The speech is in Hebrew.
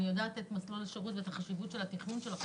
יודעת את מסלול השירות ואת חשיבות התכנון.